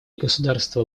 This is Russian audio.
государства